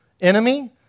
enemy